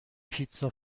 پیتزا